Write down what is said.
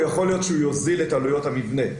יכול להיות שהוא יוזיל את עלויות המבנה,